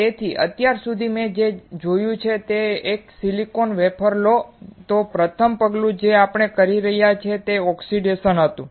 તેથી અત્યાર સુધી આપણે જે જોયું છે તે એ છે કે જો તમે સિલિકોન વેફર લો તો પ્રથમ પગલું જે આપણે કરી રહ્યા હતા તે ઓક્સિડેશન હતું